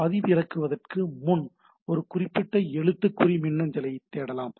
பதிவிறக்குவதற்கு முன் ஒரு குறிப்பிட்ட எழுத்துக்குறி மின்னஞ்சலைத் தேடலாம்